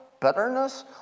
bitterness